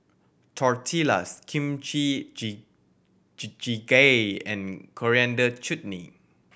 Tortillas Kimchi gee gee Jjigae and Coriander Chutney